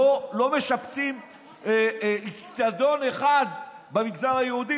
לא משפצים אצטדיון אחד במגזר היהודי,